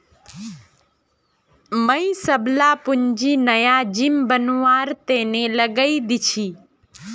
मुई सबला पूंजी नया जिम बनवार तने लगइ दील छि